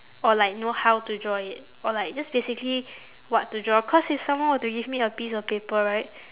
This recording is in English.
or like you know how to draw it or like just basically what to draw cause if someone were to give me a piece of paper right